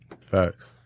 Facts